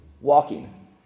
Walking